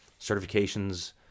certifications